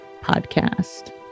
podcast